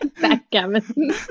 backgammon